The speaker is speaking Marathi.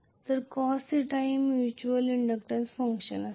तर cosθ हे म्युच्युअल इंडक्टन्स फंक्शन असेल